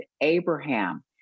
Abraham